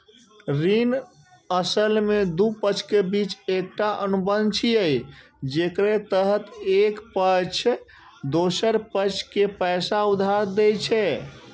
ऋण असल मे दू पक्षक बीच एकटा अनुबंध छियै, जेकरा तहत एक पक्ष दोसर कें पैसा उधार दै छै